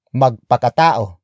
magpakatao